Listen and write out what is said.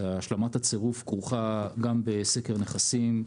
השלמת הצירוף כרוכה גם בסקר נכסים,